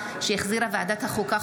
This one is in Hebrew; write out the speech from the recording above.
שהחזירה ועדת החוקה,